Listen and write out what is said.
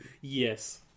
Yes